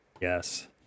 Yes